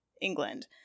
england